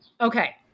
Okay